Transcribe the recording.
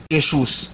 issues